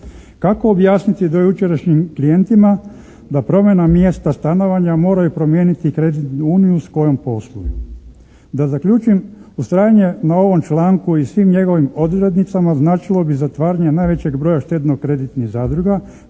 Kako objasniti dojučerašnjim klijentima da promjena mjesta stanovanja moraju promijeniti i kreditnu uniju s kojom posluju. Da zaključim, ustrajanje na ovom članku i svim njegovim odrednicama značilo bi zatvaranje najvećeg broja štedno-kreditnih zadruga